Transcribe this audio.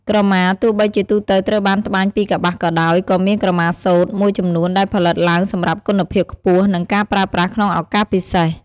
ក្រម៉ាទោះបីជាទូទៅត្រូវបានត្បាញពីកប្បាសក៏ដោយ ក៏មាន ក្រម៉ាសូត្រ មួយចំនួនដែលផលិតឡើងសម្រាប់គុណភាពខ្ពស់ និងការប្រើប្រាស់ក្នុងឱកាសពិសេស។